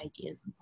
ideas